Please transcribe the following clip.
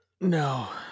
No